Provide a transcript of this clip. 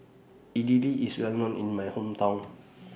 Idili IS Well known in My Hometown